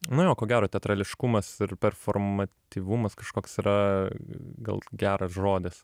nu jo ko gero teatrališkumas ir performatyvumas kažkoks yra gal geras žodis